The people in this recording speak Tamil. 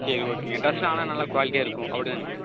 சரி ஓகேங்க ட்ரெஸ்லாம் ஆனால் நல்ல குவாலிட்டியாக இருக்கும் அப்படிதானங்க